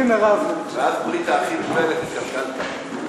מאז ברית האחים עם בנט, התקלקלת.